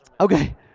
Okay